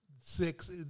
six